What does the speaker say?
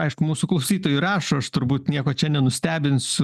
aišku mūsų klausytojai rašo aš turbūt nieko čia nenustebinsiu